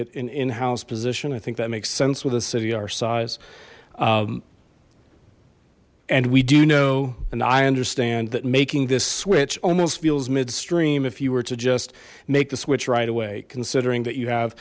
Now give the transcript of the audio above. it an in house position i think that makes sense with a city our size and we do know and i understand that making this switch almost feels midstream if you were to just make the switch right away considering that you have